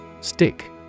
Stick